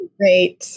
great